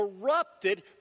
corrupted